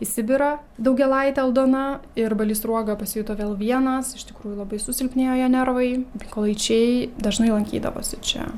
į sibirą daugėlaitė aldona ir balys sruoga pasijuto vėl vienas iš tikrųjų labai susilpnėjo jo nervai mykolaičiai dažnai lankydavosi čia